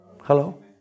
Hello